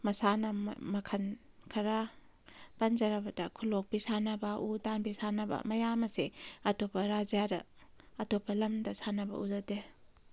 ꯃꯁꯥꯟꯅ ꯃꯈꯜ ꯈꯔ ꯄꯟꯖꯔꯕꯗ ꯈꯨꯂꯣꯛꯄꯤ ꯁꯥꯟꯅꯕ ꯎ ꯇꯥꯟꯕꯤ ꯁꯥꯟꯅꯕ ꯃꯌꯥꯝ ꯑꯁꯦ ꯑꯇꯣꯞꯄ ꯔꯥꯖ꯭ꯌꯥꯗ ꯑꯇꯣꯞꯄ ꯂꯝꯗ ꯁꯥꯟꯅꯕ ꯎꯖꯗꯦ